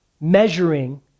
measuring